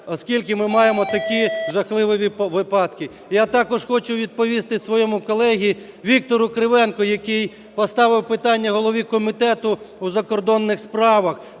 оскільки ми маємо такі жахливі випадки. Я також хочу відповісти своєму колезі Віктору Кривенку, який поставив питання голові Комітету у закордонних справах